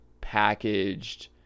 packaged